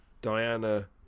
Diana